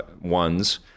Ones